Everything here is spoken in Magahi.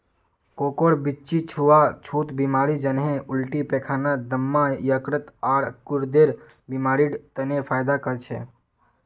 कोकोर बीच्ची छुआ छुत बीमारी जन्हे उल्टी पैखाना, दम्मा, यकृत, आर गुर्देर बीमारिड तने फयदा कर छे